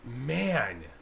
man